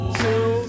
two